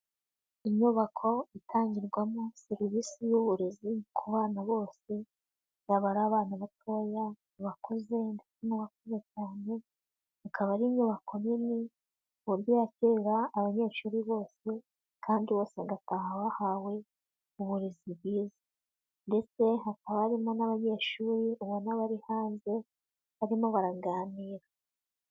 Inyubako itangirwamo serivisi y'uburezi ku bana bose yaba ari abana batoya, abakuze ndetse n'abakuze cyane, akaba ari inyubako nini, ku buryo yakira abanyeshuri bose, kandi bose bagataha bahawe uburezi bwiza. Ndetse hakaba harimo n'abanyeshuri ubona bari hanze, barimo baraganira.